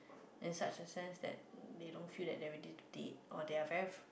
and such a sense that they feel don't that they already dead or they are very